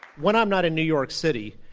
when i'm not in new york city,